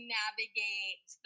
navigate